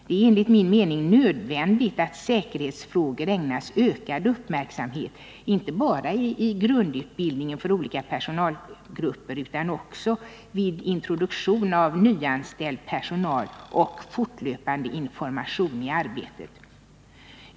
Det är enligt min mening nödvändigt att säkerhetsfrågorna ägnas ökad uppmärksamhet, inte bara i grundutbildningen av olika personalgrupper utan också vid introduktion av nyanställd personal och i den fortlöpande informationen i arbetet.